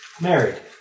Married